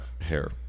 Hair